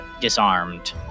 disarmed